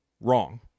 wrong